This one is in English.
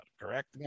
correct